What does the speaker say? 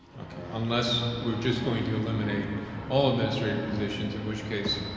okay, unless we're just going to eliminate all administrative positions in which case,